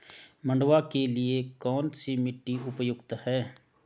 मंडुवा के लिए कौन सी मिट्टी उपयुक्त है?